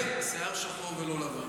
שיער שחור ולא לבן.